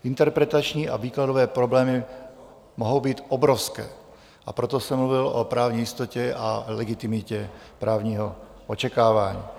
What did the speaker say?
Interpretační a výkladové problémy mohou být obrovské, a proto jsem mluvil o právní jistotě a legitimitě právního očekávání.